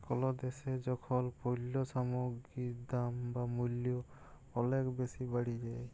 call দ্যাশে যখল পল্য সামগ্গির দাম বা মূল্য অলেক বেসি বাড়ে যায়